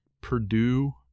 Purdue